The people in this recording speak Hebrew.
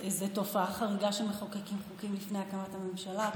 זאת תופעה חריגה שמחוקקים חוקים לפני הקמת הממשלה.